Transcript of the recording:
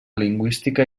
lingüística